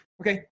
Okay